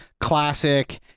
classic